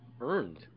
earned